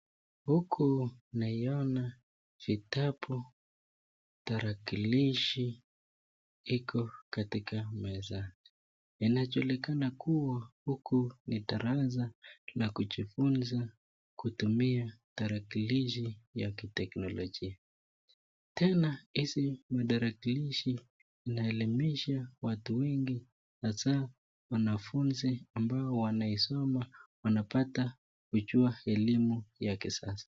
Huku naiona vitabu, tarakilishi iko katika meza. Inajulikana kuwa huku ni darasa la kujifunza kutumia tarakilishi ya kiteknolojia. Tena hizi madarakilishi inaelimisha watu wengi hasa wanafunzi ambao wanaisoma wanapata kujua elimu ya kisasa.